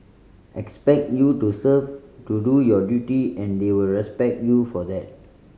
expect you to serve to do your duty and they will respect you for that